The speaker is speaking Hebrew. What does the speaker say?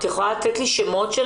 את יכולה לתת לי שמות?